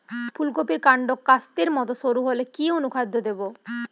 ফুলকপির কান্ড কাস্তের মত সরু হলে কি অনুখাদ্য দেবো?